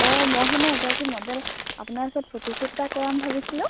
অঁ মই মানে এগৰাকী মডেল আপোনাৰ ওচৰত ফটোশ্বুট এটা কৰাম ভাবিছিলোঁ